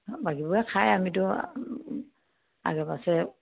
বাকীবোৰে খাই আমিতো আগে পাছে